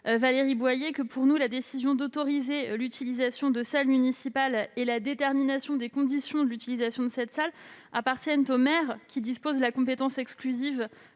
165 rectifié. Pour nous, la décision d'autoriser l'utilisation de salles municipales et la détermination des conditions dans lesquelles cela s'effectue appartiennent au maire, qui dispose de la compétence exclusive